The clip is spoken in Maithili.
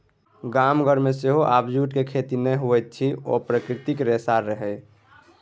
गाम घरमे सेहो आब जूटक खेती नहि होइत अछि ओ प्राकृतिक रेशा रहय